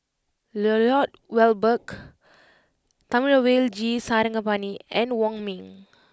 Lloyd Valberg Thamizhavel G Sarangapani and Wong Ming